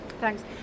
Thanks